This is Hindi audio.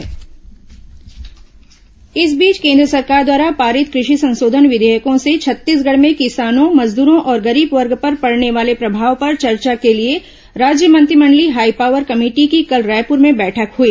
कृषि कानुन छत्तीसगढ बैठक इस बीच केन्द्र सरकार द्वारा पारित कृषि संशोधन विधेयकों से छत्तीसगढ़ में किसानों मजदूरों और गरीब वर्ग पर पड़ने वाले प्रभाव पर चर्चा के लिए राज्य मंत्रिमंडलीय हाईपावर कमेटी की कल रायपुर में बैठक हई